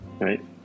right